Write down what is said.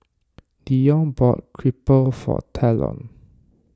Dion bought Crepe for Talon